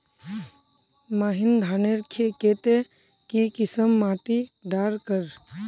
महीन धानेर केते की किसम माटी डार कर?